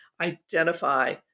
identify